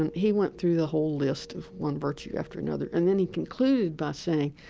and he went through the whole list of one virtue after another, and then he concluded by saying,